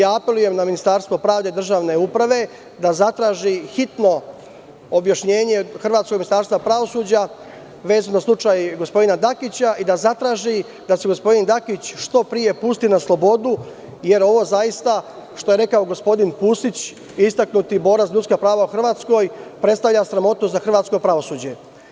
Apelujem na Ministarstvo pravde i državne uprave da zatraži hitno objašnjenje hrvatskog Ministarstva pravosuđa, vezano za slučaj gospodina Dakića i da zatraži da se gospodin Dakić što pre pusti na slobodu, jer ovo zaista, što je rekao gospodin Pusić, istaknuti borac za ljudska prava u Hrvatskoj, predstavlja sramotu za hrvatsko pravosuđe.